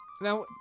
Now